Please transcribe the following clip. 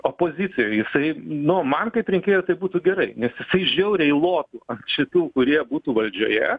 opozicijoj jisai nu man kaip rinkėjui jisai būtų gerai nes jisai žiauriai lotų ant šitų kurie būtų valdžioje